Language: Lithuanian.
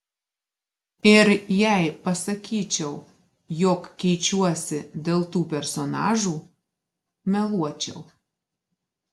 ir jei pasakyčiau jog keičiuosi dėl tų personažų meluočiau